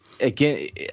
again